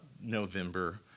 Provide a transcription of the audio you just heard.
November